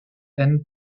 and